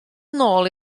nôl